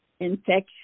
infection